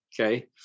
okay